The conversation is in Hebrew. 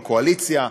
בקואליציה,